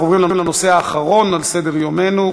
אנחנו עוברים לנושא האחרון על סדר-יומנו,